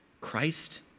Christ